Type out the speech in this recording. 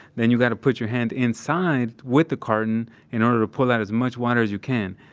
then you've got to put your hand inside with the carton in order to pull out as much water as you can.